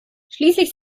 schließlich